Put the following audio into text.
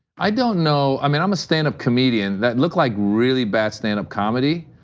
i don't know, i mean i'm a stand up comedian. that looked like really bad stand up comedy